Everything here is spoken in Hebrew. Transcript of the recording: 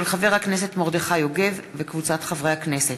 של חבר הכנסת מרדכי יוגב וקבוצת חברי הכנסת,